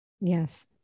Yes